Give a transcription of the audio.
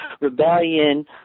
rebellion